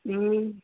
હં